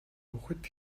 хүүхэд